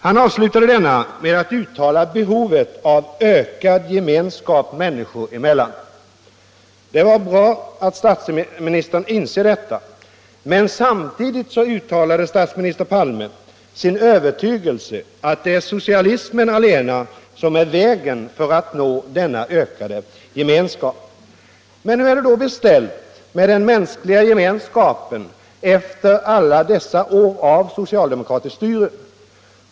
Han avslutade denna med att uttala behovet av ökad gemenskap människor emellan. Det är bra att statsministern inser detta behov, men samtidigt uttalade han sin övertygelse att det är socialismen allena som är vägen för att nå denna ökade gemenskap. Hur är det då beställt med den mänskliga gemenskapen efter alla dessa år av socialdemokratiskt styre?